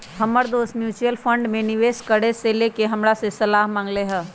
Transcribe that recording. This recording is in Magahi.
हमर दोस म्यूच्यूअल फंड में निवेश करे से लेके हमरा से सलाह मांगलय ह